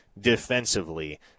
defensively